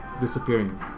disappearing